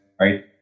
right